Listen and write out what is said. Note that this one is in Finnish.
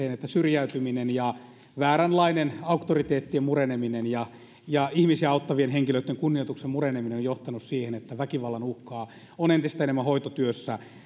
sellaiseen pisteeseen että syrjäytyminen ja vääränlainen auktoriteettien mureneminen ja ja ihmisiä auttavien henkilöitten kunnioituksen mureneminen ovat johtaneet siihen että väkivallan uhkaa on entistä enemmän hoitotyössä